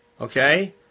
okay